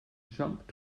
jump